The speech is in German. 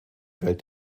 welt